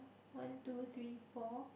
one two three four